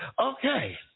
Okay